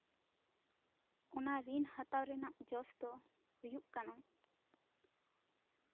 ᱚᱱᱟ ᱨᱤᱱ ᱦᱟᱛᱟᱣ ᱨᱮᱱᱟᱜ ᱡᱚᱥ ᱫᱚ ᱦᱩᱭᱩᱜ ᱠᱟᱱᱟ